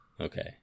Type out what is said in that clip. Okay